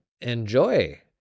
enjoy